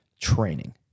training